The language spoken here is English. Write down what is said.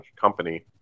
company